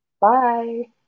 Bye